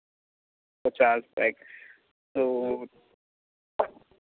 पचास बैग तो